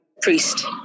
priest